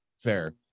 fair